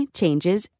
changes